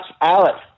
Alex